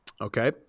Okay